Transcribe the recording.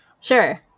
Sure